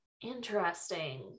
interesting